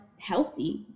healthy